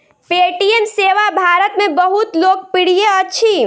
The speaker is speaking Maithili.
पे.टी.एम सेवा भारत में बहुत लोकप्रिय अछि